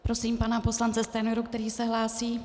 Prosím pana poslance Stanjuru, který se hlásí.